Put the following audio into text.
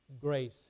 grace